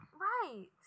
Right